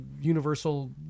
Universal